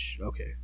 Okay